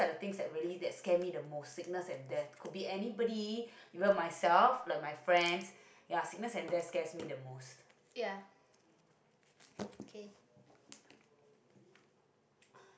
ya okay